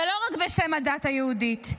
ולא רק בשם הדת היהודית,